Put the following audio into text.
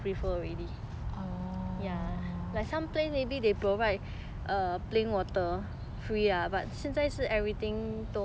orh